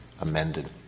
amended